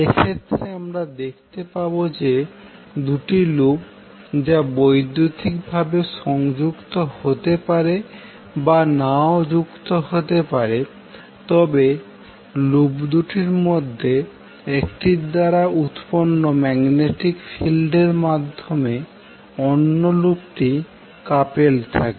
এক্ষেত্রে আমরা দেখতে পাবো যে দুটি লুপ যা বৈদ্যুতিকভাবে সংযুক্ত হতে পারে বা নাও যুক্ত হতে পারে তবে লুপ দুটির মধ্যে একটির দ্বারা উৎপন্ন ম্যাগনেটিক ফিল্ডের মাধ্যমে অন্য লুপটি কাপেলড থাকে